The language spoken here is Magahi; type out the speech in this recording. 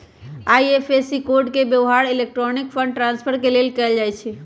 आई.एफ.एस.सी कोड के व्यव्हार इलेक्ट्रॉनिक फंड ट्रांसफर के लेल कएल जाइ छइ